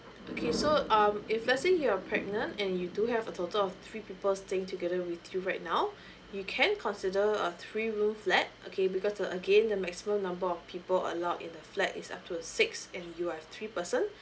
okay so um if let's say you're pregnant and you do have a total of three people staying together with you right now you can consider a three room flat okay because the again the maximum number of people allowed in the flat is up to a six and you are three person